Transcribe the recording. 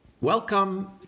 welcome